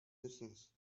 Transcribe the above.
distance